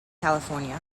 california